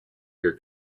your